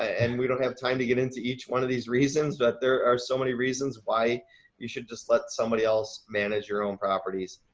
and we don't have time to get into each one of these reasons, but there are so many reasons why you should just let somebody else manage your own properties.